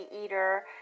eater